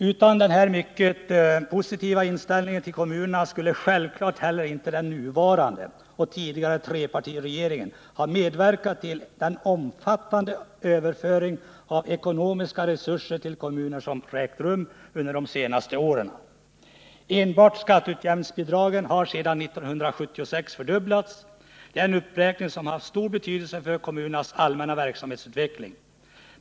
Utan denna mycket positiva inställning till kommunerna skulle självklart heller inte den nuvarande och tidigare trepartiregeringen ha medverkat till den omfattande överföring av ekonomiska resurser till kommunerna som ägt rum de senaste åren. Enbart skatteutjämningsbidragen har sedan 1976 fördubblats. Det är en uppräkning som haft stor betydelse för kommunernas allmänna verksamhetsutveckling.